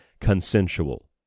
consensual